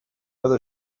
other